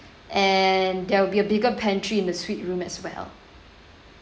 and there will be a bigger pantry in the suite room as well